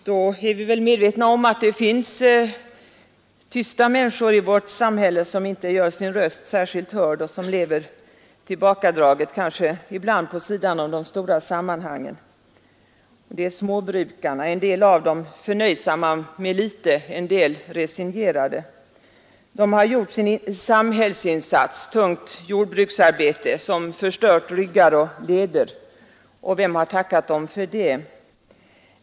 Vi är väl medvetna om att det finns tysta människor i vårt samhälle, människor som inte gör sin röst särskilt mycket hörd och som lever tillbakadraget, kanske ibland vid sidan av de stora sammanhangen. Det är småbrukarna, en del förnöjsamma med litet, en del resignerade. De har gjort sin samhällsinsats, tungt jordbruksarbete, som förstört ryggar och leder, och vem har tackat dem för det?